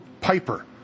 Piper